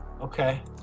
okay